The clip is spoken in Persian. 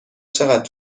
چقدر